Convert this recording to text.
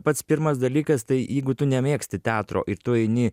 pats pirmas dalykas tai jeigu tu nemėgsti teatro ir tu eini